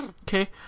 okay